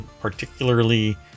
particularly